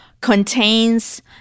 contains